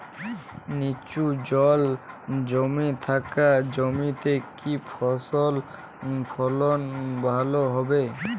নিচু জল জমে থাকা জমিতে কি ফসল ফলন ভালো হবে?